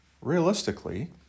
Realistically